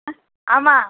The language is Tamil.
ஆ ஆமாம்